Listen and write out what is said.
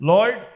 Lord